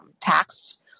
taxed